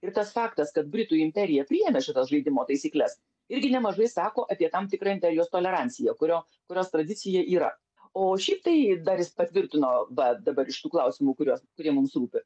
ir tas faktas kad britų imperija priėmė šitas žaidimo taisykles irgi nemažai sako apie tam tikrą imperijos toleranciją kurio kurios tradicija yra o šiaip tai dar jis patvirtino va dabar iš tų klausimų kuriuos kurie mums rūpi